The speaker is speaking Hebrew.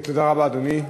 תודה רבה, אדוני.